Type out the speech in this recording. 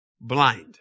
blind